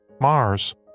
Mars